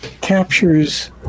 captures